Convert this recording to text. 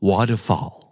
Waterfall